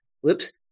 Whoops